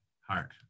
heart